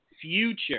future